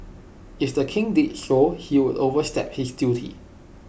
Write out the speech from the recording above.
if the king did so he would overstep his duty